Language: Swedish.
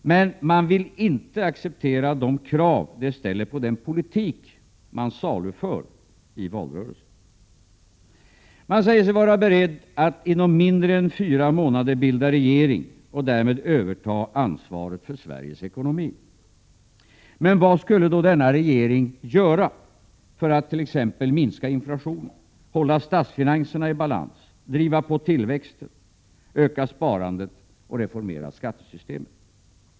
Men man vill inte acceptera de krav det ställer på den politik man saluför i valrörelsen. De borgerliga partierna säger sig vara beredda att inom mindre än fyra månader bilda regering och därmed överta ansvaret för Sveriges ekonomi. Men vad skulle då denna regering göra för att t.ex. minska inflationen, hålla statsfinanserna i balans, driva på tillväxten, öka sparandet och reformera skattesystemet?